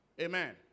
Amen